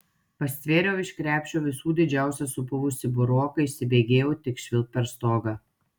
pastvėriau iš krepšio visų didžiausią supuvusį buroką įsibėgėjau tik švilpt per stogą